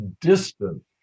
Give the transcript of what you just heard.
distant